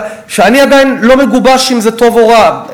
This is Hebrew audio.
אני עדיין לא מגובש אם זה טוב או רע,